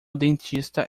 dentista